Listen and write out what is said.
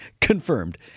Confirmed